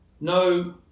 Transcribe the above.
no